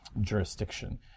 jurisdiction